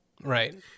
Right